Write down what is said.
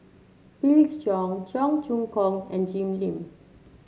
Felix Cheong Cheong Choong Kong and Jim Lim